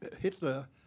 Hitler